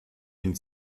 ihn